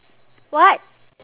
what